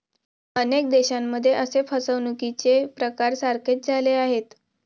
अनेक देशांमध्ये असे फसवणुकीचे प्रकार सारखेच झाले आहेत